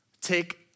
take